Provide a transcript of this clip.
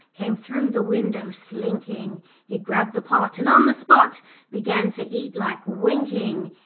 came through the window slinking he grabbed the pot and on the spot began to eat like winking.